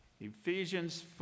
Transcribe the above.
Ephesians